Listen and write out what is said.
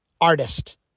artist